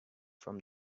from